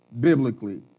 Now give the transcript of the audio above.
biblically